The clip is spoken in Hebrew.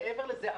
ומעבר לזה,